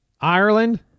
Ireland